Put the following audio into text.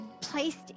placed